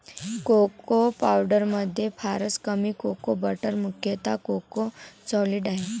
cocoa पावडरमध्ये फारच कमी कोको बटर मुख्यतः कोको सॉलिड आहे